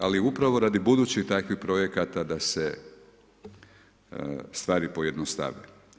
Ali upravo radi budućih takvih projekata da se stvari pojednostave.